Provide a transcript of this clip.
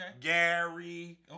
Gary